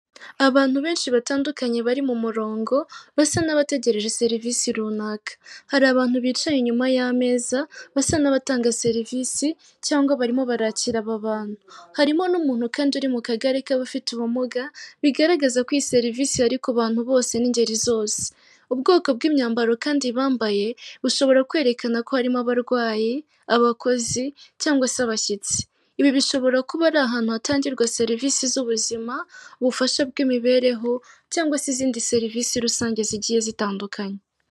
Abantu benshi batandukanye bari mu murongo basa n'abategereje serivisi runaka, hari abantu bicaye inyuma y'ameza basa n'abatanga serivisi, cyangwa barimo barakira aba bantu, harimo n'umuntu kandi uri mu kagari k'abafite ubumuga bigaragaza ko iyi serivisi ari ku bantu bose n'ingeri zose, ubwoko bw'imyambaro kandi bambaye bushobora kwerekana ko harimo abarwayi, abakozi cyangwa se abashyitsi, ibi bishobora kuba ari ahantu hatangirwa serivisi z'ubuzima, ubufasha bw'imibereho cyangwa se izindi serivisi rusange zigiye zitandukanye.